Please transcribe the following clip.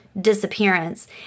disappearance